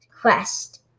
Quest